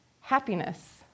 Happiness